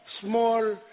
small